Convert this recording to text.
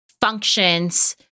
functions